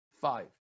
five